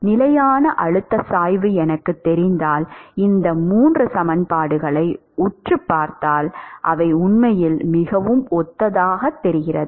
நிலையான அழுத்தச் சாய்வு எனக்குத் தெரிந்தால் இந்த 3 சமன்பாடுகளை உற்றுப் பார்த்தால் அவை உண்மையில் மிகவும் ஒத்ததாகத் தெரிகிறது